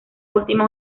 última